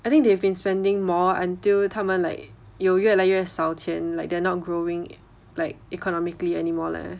I think they've been spending more until 他们 like 有越来越少钱 like they are not growing like economically anymore leh